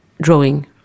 drawing